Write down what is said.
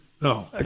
No